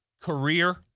career